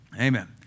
Amen